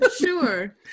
Sure